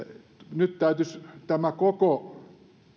nyt täytyisi tämä koko